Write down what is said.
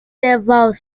several